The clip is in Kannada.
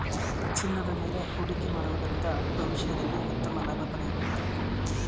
ಚಿನ್ನದ ಮೇಲೆ ಹೂಡಿಕೆ ಮಾಡುವುದರಿಂದ ಭವಿಷ್ಯದಲ್ಲಿ ಉತ್ತಮ ಲಾಭ ಪಡೆಯಬಹುದು